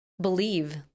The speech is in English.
believe